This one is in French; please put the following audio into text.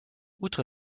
outre